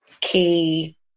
key